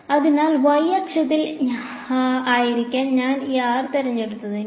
അതിനാൽ y അക്ഷത്തിൽ ആയിരിക്കാൻ ഞാൻ ഈ r തിരഞ്ഞെടുത്തെങ്കിൽ